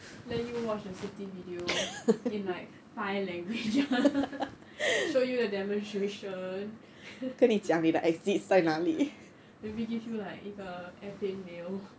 let you watch the safety video in like five languages show you the demonstration maybe give you like 一个 airplane meal